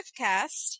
SwiftCast